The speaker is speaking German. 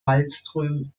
wallström